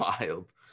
wild